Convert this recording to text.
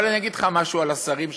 אבל אני אגיד לך משהו על השרים שלך,